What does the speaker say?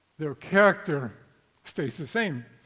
their character stays the same,